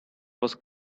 was